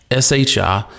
SHI